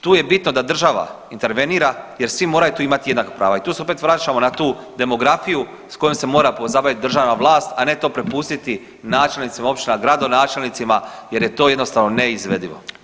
Tu je bitno da država intervenira jer svi moraju tu imati jednaka prava i tu se opet vraćamo na tu demografiju s kojom se mora pozabaviti državna vlast, a ne to prepustiti načelnicima općina, gradonačelnicima jer je to jednostavno neizvedivo.